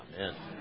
Amen